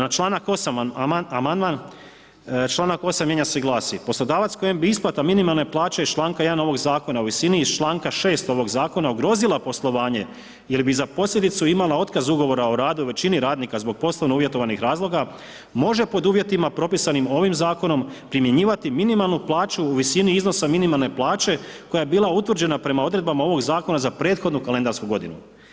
Na članak 8. amandman, članak 8. mijenja se i glasi: Poslodavac kojem bi isplata minimalne plaće iz članka 1. ovog zakona u visini iz članka 6. ovog zakona ugrozila poslovanje jer bi za posljedicu imala otkaz ugovora o radu većini radnika zbog poslovno uvjetovanih razloga može pod uvjetima propisanim ovim zakonom primjenjivati minimalnu plaću u visini iznosa minimalne plaće koja je bila utvrđena prema odredbama ovoga zakona za prethodnu kalendarsku godinu.